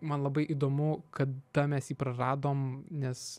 ir man labai įdomu kada mes jį praradom nes